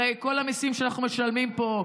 הרי כל המיסים שאנחנו משלמים פה,